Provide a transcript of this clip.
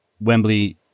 Wembley